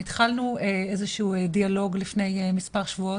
התחלנו איזה שהוא דיאלוג לפני מספר שבועות.